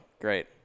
Great